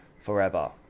forever